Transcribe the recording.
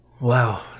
Wow